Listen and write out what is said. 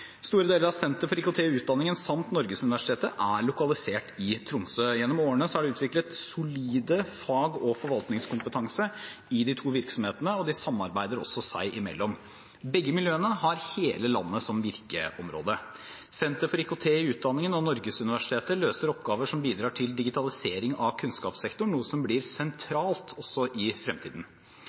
Store deler av Senter for IKT i utdanningen samt Norgesuniversitetet er lokalisert i Tromsø. Gjennom årene er det utviklet solid fag- og forvaltningskompetanse i de to virksomhetene, og de samarbeider også seg imellom. Begge miljøene har hele landet som virkeområde. Senter for IKT i utdanningen og Norgesuniversitetet løser oppgaver som bidrar til digitalisering av kunnskapssektoren, noe som blir sentralt også i fremtiden.